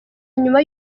nyuma